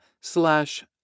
slash